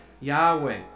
Yahweh